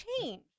change